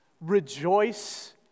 Rejoice